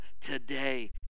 today